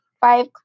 five